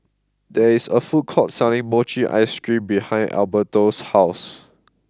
there is a food court selling mochi ice cream behind Alberto's house